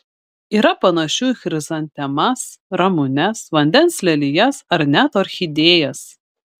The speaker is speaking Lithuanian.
yra panašių į chrizantemas ramunes vandens lelijas ar net orchidėjas